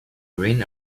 green